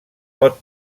pot